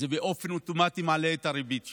זה באופן אוטומטי מעלה את הריבית שלנו,